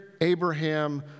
Abraham